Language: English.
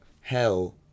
hell